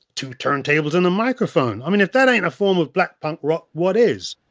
two turntables and a microphone! i mean if that ain't a form of black punk rock, what is?